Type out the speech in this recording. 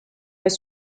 pas